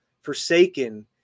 Forsaken